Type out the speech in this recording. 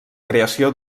creació